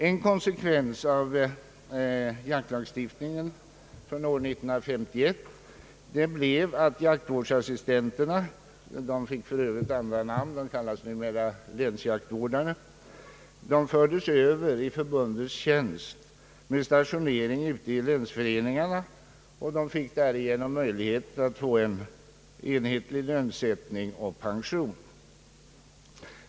En konsekvens av jaktlagstiftningen från år 1951 blev att jaktvårdsassistenterna, som numera kallas länsjaktvårdare, överfördes i förbundets tjänst med stationering ute i länsföreningarna, varigenom de fick möjlighet till enhetlig lönesättning och pension.